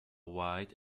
wide